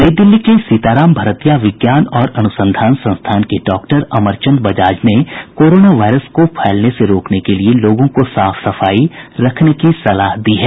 नई दिल्ली के सीताराम भरतिया विज्ञान और अनुसंधान संस्थान के डॉक्टर अमरचंद बजाज ने कोरोना वायरस को फैलने से रोकने के लिए लोगों को साफ सफाई रखने की सलाह दी है